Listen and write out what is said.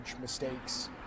mistakes